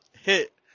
hit